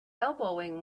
elbowing